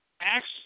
acts